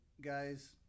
guys